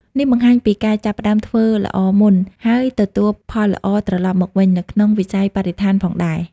នេះបង្ហាញពីការចាប់ផ្តើមធ្វើល្អមុន ហើយទទួលផលល្អត្រឡប់មកវិញ នៅក្នុងវិស័យបរិស្ថានផងដែរ។